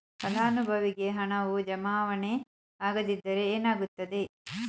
ಫಲಾನುಭವಿಗೆ ಹಣವು ಜಮಾವಣೆ ಆಗದಿದ್ದರೆ ಏನಾಗುತ್ತದೆ?